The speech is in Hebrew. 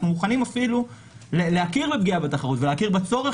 אנחנו מוכנים אפילו להכיר בפגיעה בתחרות ולהכיר בצורך